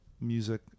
music